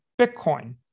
Bitcoin